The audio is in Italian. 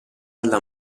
alla